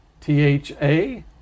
T-H-A